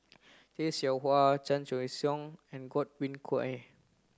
Tay Seow Huah Chan Choy Siong and Godwin Koay